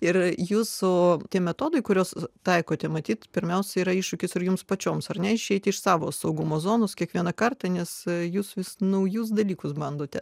ir jūs o tie metodai kuriuos taikote matyt pirmiausia yra iššūkis ir jums pačioms ar neišeiti iš savo saugumo zonos kiekvieną kartą nes jūs vis naujus dalykus bandote